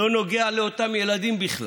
זה לא נוגע לאותם ילדים בכלל,